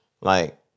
like-